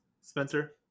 Spencer